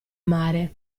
mare